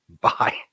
bye